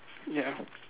ya